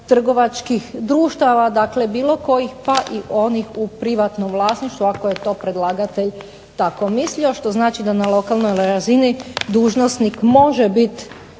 trgovačkih društava. Dakle, bilo kojih pa i onih u privatnom vlasništvu ako je to predlagatelj tako mislio. Što znači da na lokalnoj razini dužnosnik može biti